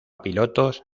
pilotos